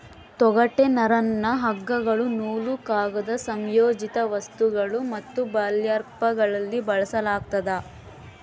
ತೊಗಟೆ ನರನ್ನ ಹಗ್ಗಗಳು ನೂಲು ಕಾಗದ ಸಂಯೋಜಿತ ವಸ್ತುಗಳು ಮತ್ತು ಬರ್ಲ್ಯಾಪ್ಗಳಲ್ಲಿ ಬಳಸಲಾಗ್ತದ